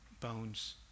bones